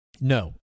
no